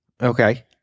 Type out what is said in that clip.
Okay